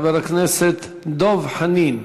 חבר הכנסת דב חנין.